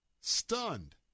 stunned